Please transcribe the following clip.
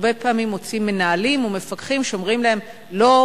הרבה פעמים מוצאים מנהלים או מפקחים שאומרים להם: לא,